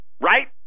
right